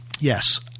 Yes